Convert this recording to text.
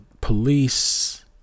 police